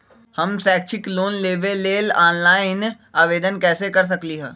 हम शैक्षिक लोन लेबे लेल ऑनलाइन आवेदन कैसे कर सकली ह?